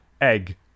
Egg